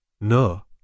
No